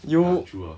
you